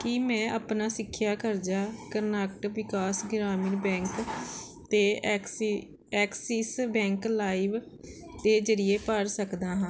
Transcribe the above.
ਕੀ ਮੈਂ ਆਪਣਾ ਸਿੱਖਿਆ ਕਰਜ਼ਾ ਕਰਨਾਟਕ ਵਿਕਾਸ ਗ੍ਰਾਮੀਣ ਬੈਂਕ ਤੇ ਐਕਸੀ ਐਕਸਿਸ ਬੈਂਕ ਲਾਇਵ ਦੇ ਜ਼ਰੀਏ ਭਰ ਸਕਦਾ ਹਾਂ